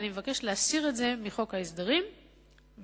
ואני מבקש להסיר את זה מחוק ההסדרים ולהניח